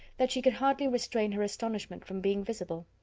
that she could hardly restrain her astonishment from being visible.